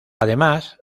además